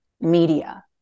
media